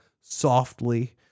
softly